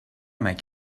make